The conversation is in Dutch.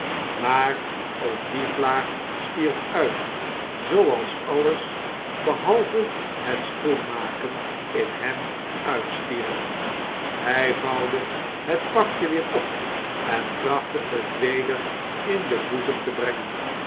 maar ook die vlaag stierf uit zooals alles behalve het schoenmaken in hem uitstierf hij vouwde het pakje weer op en trachtte het weder in den boezem te bergen